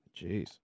Jeez